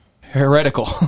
heretical